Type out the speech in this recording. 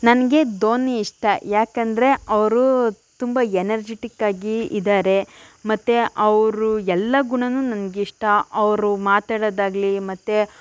ನನಗೆ ಧೋನಿ ಇಷ್ಟ ಯಾಕೆಂದ್ರೆ ಅವ್ರು ತುಂಬ ಎನರ್ಜಿಟಿಕ್ಕಾಗಿ ಇದ್ದಾರೆ ಮತ್ತು ಅವ್ರ ಎಲ್ಲ ಗುಣವು ನನ್ಗೆ ಇಷ್ಟ ಅವರು ಮಾತಾಡೋದಾಗಲಿ ಮತ್ತು